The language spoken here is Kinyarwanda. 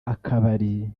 akabari